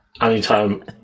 anytime